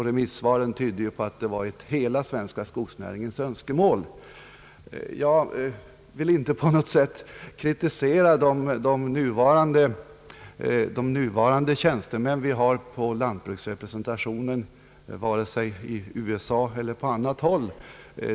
Remissvaren tydde ju också på att det var ett hela den svenska skogsnäringens önskemål. Jag vill inte på något sätt kritisera de tjänstemän vi nu har inom lantbruksrepresentationen, vare sig i USA eller på annat håll.